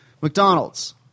McDonald's